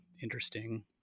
interesting